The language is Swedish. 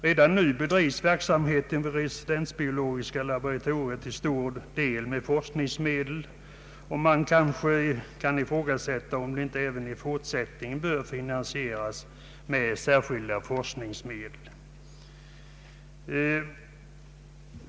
Redan nu bedrivs verksamheten vid resistensbiologiska laboratoriet till stor del med forskningsmedel, och man kan kanske ifrågasätta om den inte även i fortsättningen bör finansieras med särskilda forskningsmedel.